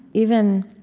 even